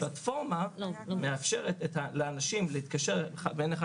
הפלטפורמה מאפשרת לאנשים להתקשר ביניהם